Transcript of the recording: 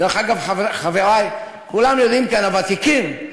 דרך אגב, חברי, כולם יודעים כאן, הוותיקים,